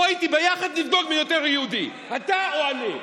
בוא איתי ביחד נבדוק מי יותר יהודי, אתה או אני.